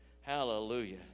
Hallelujah